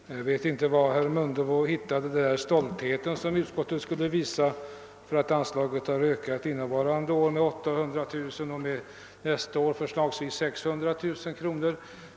Herr talman! Jag vet inte vad herr Mundebo menade med att utskottet skulle vara stolt över att anslaget har ökat innevarande år med 800 000 kronor och nästa år skall öka med förslagsvis 600 000 kronor.